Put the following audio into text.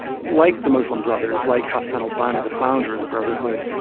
like the muslim brothers, like hassa al-banna, the founder of the brotherhood,